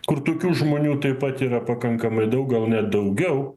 kur tokių žmonių taip pat yra pakankamai daug gal net daugiau